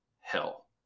hell